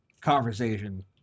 conversation